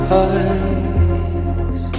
eyes